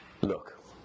Look